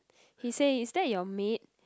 he say is that your maid